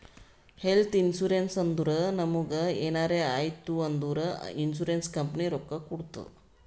health insurance ಅಂದುರ್ ನಮುಗ್ ಎನಾರೇ ಆಯ್ತ್ ಅಂದುರ್ ಇನ್ಸೂರೆನ್ಸ್ ಕಂಪನಿ ರೊಕ್ಕಾ ಕೊಡ್ತುದ್